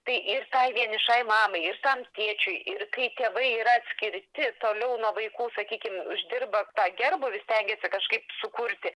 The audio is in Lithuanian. tai ir tai vienišai mamai ir kam tėčiui ir kai tėvai yra atskirti toliau nuo vaikų sakykim uždirba tą gerbūvį stengiasi kažkaip sukurti